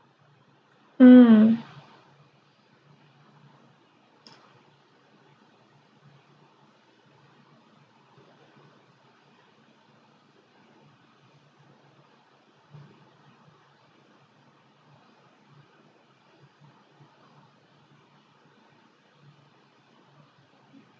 mm